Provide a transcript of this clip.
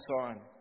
on